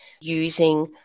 using